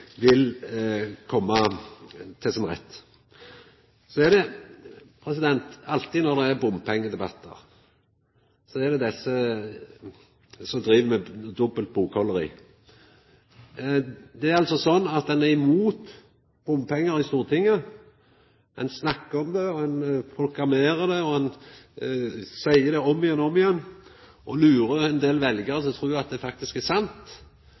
vil koma til sin rett. Alltid når det er bompengedebattar, er det desse som driv med dobbel bokføring. Det er altså slik at ein i Stortinget er mot bompengar. Ein snakkar om det, ein proklamerer det, og ein seier det om igjen og om igjen og lurer ein del veljarar til å tru at det faktisk er